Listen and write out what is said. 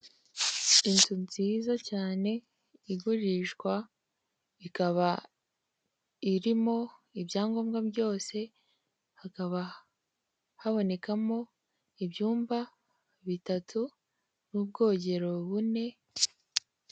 Inzu nziza cyane igurishwa, ikaba irimo ibyangombwa byose, hakaba habonekamo ibyumba bitatu n'ubwogero bune.